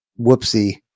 whoopsie